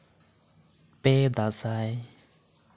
ᱯᱮ ᱫᱟᱸᱥᱟᱭ